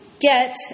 Get